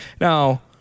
Now